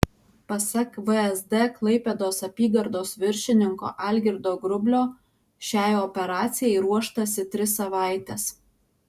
pasak vsd klaipėdos apygardos viršininko algirdo grublio šiai operacijai ruoštasi tris savaites